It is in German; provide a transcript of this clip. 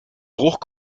bruch